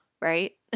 right